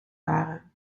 waren